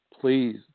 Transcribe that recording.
Please